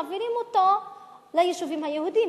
מעבירים אותו ליישובים היהודיים,